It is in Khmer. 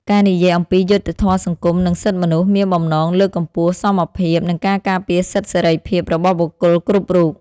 ការនិយាយអំពី យុត្តិធម៌សង្គម និងសិទ្ធិមនុស្ស មានបំណងលើកកម្ពស់សមភាព និងការការពារសិទ្ធិសេរីភាពរបស់បុគ្គលគ្រប់រូប។